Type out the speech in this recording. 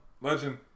Legend